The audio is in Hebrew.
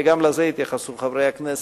וגם לזה יתייחסו חברי הכנסת: